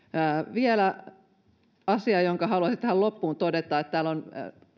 vielä asia jonka haluaisin tähän loppuun todeta täällä on